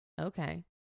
Okay